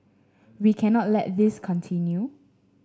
we cannot let this continue